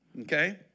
Okay